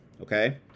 okay